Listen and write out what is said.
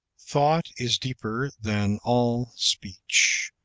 thought is deeper than all speech,